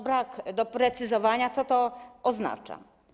Brak doprecyzowania, co to oznacza.